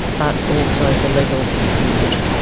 but also the legal input.